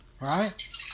right